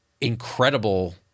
incredible